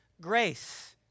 grace